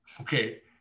Okay